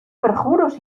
perjuros